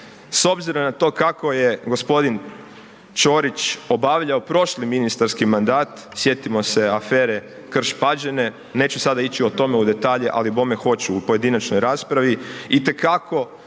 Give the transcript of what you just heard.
s obzirom na to kako je g. Čorić obavljao prošli ministarski mandat, sjetimo se afere Krš Pađene, neću sada ići o tome u detalje, ali bome hoću u pojedinačnoj raspravi,